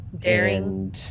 daring